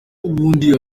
ubundi